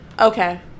okay